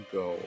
go